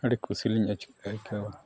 ᱟᱹᱰᱤ ᱠᱩᱥᱤᱞᱤᱧ ᱟᱹᱭᱠᱟᱹᱣᱟ